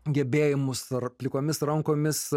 gebėjimus ar plikomis rankomis